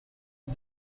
این